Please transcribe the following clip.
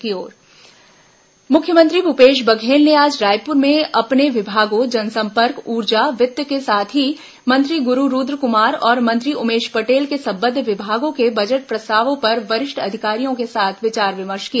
मुख्यमंत्री बजट प्रस्ताव चर्चा मुख्यमंत्री भूपेश बघेल ने आज रायपुर में अपने विभागों जनसंपर्क ऊर्जा वित्त के साथ ही मंत्री गुरू रूद्रकुमार और मंत्री उमेश पटेल से सम्बद्ध विभागों के बजट प्रस्तावों पर वरिष्ठ अधिकारियों के साथ विचार विमर्श किया